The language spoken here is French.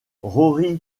rory